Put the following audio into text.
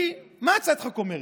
מה הצעת החוק אומרת?